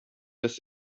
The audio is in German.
des